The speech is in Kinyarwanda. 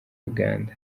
uganda